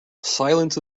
silence